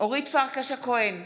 אורית פרקש הכהן,